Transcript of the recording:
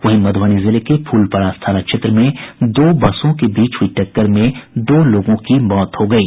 वहीं मधुबनी जिले के फुलपरास थाना क्षेत्र में दो बसों के बीच हुई टक्कर में दो लोगों की मौत हो गयी